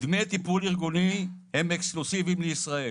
- דמי טיפול ארגוני הם אקסקלוסיביים לישראל.